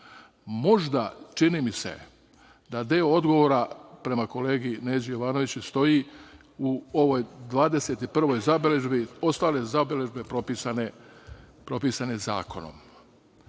zakonom. Čini mi se da možda deo odgovora prema kolegi Neđi Jovanoviću stoji u ovoj 21. zabeležbi – ostale zabeležbe propisane zakonom. Dalje,